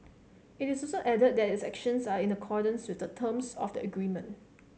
it also added that its actions are in accordance with the terms of the agreement